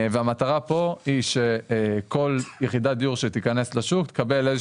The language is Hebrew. והמטרה פה היא שכל יחידת דיור שתיכנס לשוק תקבל איזה